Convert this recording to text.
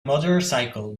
motorcycle